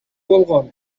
болгон